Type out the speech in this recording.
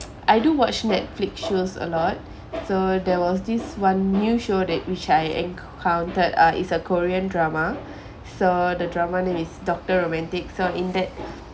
I do watch netflix shows a lot so there was this one new show that which I encountered uh it's a korean drama so the drama name is doctor romantic so in that